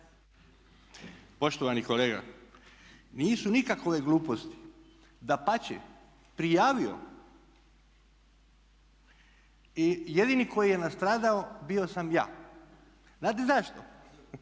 Poštovani kolega, nisu nikakove gluposti. Dapače, prijavio i jedini koji je nastradao bio sam ja. Znate zašto?